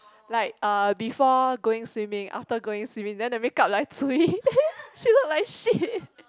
like uh before going swimming after going swimming then the makeup like cui she look like shit